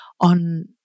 on